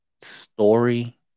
story